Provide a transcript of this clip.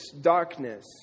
darkness